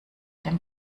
dem